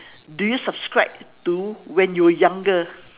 do you subscribe to when you were younger